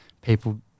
people